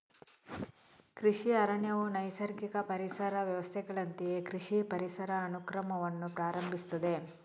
ಕೃಷಿ ಅರಣ್ಯವು ನೈಸರ್ಗಿಕ ಪರಿಸರ ವ್ಯವಸ್ಥೆಗಳಂತೆಯೇ ಕೃಷಿ ಪರಿಸರ ಅನುಕ್ರಮವನ್ನು ಪ್ರಾರಂಭಿಸುತ್ತದೆ